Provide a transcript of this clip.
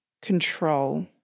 control